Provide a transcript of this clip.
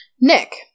Nick